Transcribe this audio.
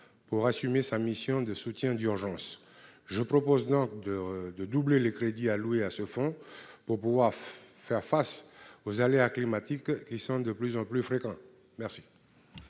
pour assumer sa mission de soutien d'urgence. Je propose donc de doubler les crédits qui lui sont alloués, afin de faire face aux aléas climatiques, qui sont de plus en plus fréquents. La